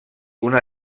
una